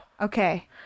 Okay